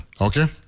Okay